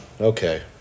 Okay